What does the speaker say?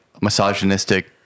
misogynistic